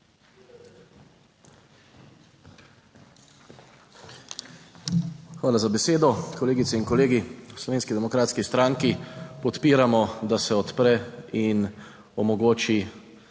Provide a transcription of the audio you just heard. Hvala za besedo, kolegice in kolegi. v Slovenski demokratski stranki podpiramo, da se odpre in omogoči